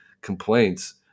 complaints